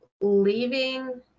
leaving